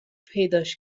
پیداش